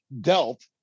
dealt